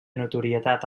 notorietat